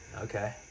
Okay